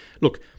look